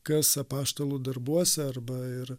kas apaštalų darbuose arba ir